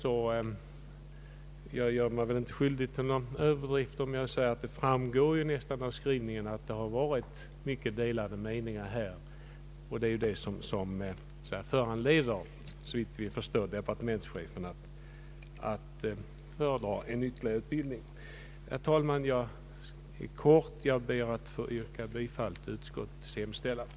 Jag gör mig väl inte skyldig till någon överdrift om jag säger att det nästan framgår av skrivningen, att det varit mycket delade meningar beträffan dansutbildningen och att det är detta förhållande som, såvitt vi förstår, har föranlett departementschefen att förorda en ytterligare utredning. Jag ber, herr talman, att i korthet få yrka bifall till utskottets hemställan.